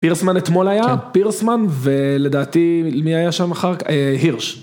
פירסמן אתמול היה, פירסמן, ולדעתי מי היה שם אחר כך, הירש.